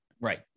Right